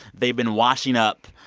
they've been washing up